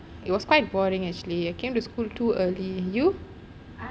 it was quite boring actually I came to school too early you